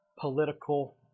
political